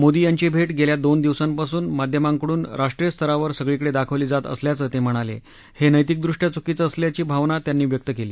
मोदी यांची भेट गेल्या दोन दिवसांपासून माध्यमांकडून राष्ट्रीय स्तरावर सगळीकडे दाखवली जात असल्याचं ते म्हणाले हे नरिंकवृष्टया चुकीचं असल्याची भावना त्यांनी व्यक्त केली